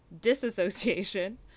disassociation